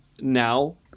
now